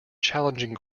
challenging